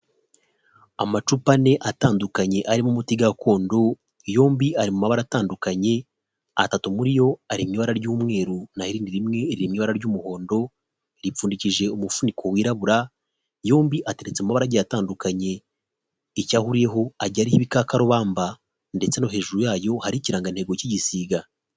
Amacupa ane atandukanye arimo umuti gakondo, yombi ari mu mabara atandukanye, atatu muri yo ari mu ibara ry'umweru na ho irindi rimwe riri mu ibara ry'umuhondo, ripfundikishije umufuniko wirabura, yombi ateretse mu mabara agiye atandukanye, icyo ahuriyeho agiye ariho ibikakarubamba ndetse no hejuru yayo hari ikirangantego cy'igisiga.